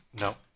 no